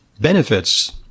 benefits